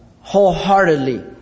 wholeheartedly